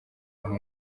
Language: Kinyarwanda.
aho